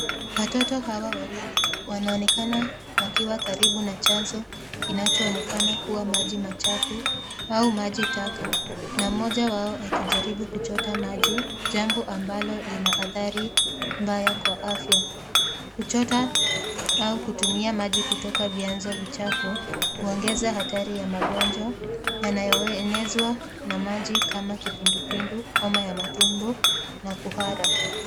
Watoto hawa wawili ,wanaonekana wakiwa karibu na chanzo kinachoonekana kuwa maji machafu au maji taka na mmoja wao akijaribu kuchota maji, jambo ambalo lina athari mbaya kwa afya. Kuchota au kutumia maji kutoka vyanzo vichafu huongeza hatari ya magonjwa yanayoenezwa na maji kama kipindupindu, homa ya matumbo na kuhara.